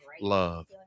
Love